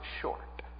short